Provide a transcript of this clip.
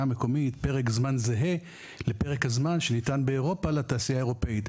המקומית פרק זמן זהה לפרק הזמן שניתן באירופה לתעשייה האירופית.